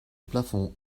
plafond